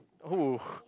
oh